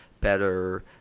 better